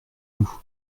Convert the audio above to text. nous